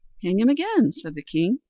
hang him again, said the king,